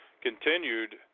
continued